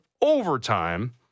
overtime